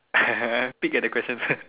peek at the questions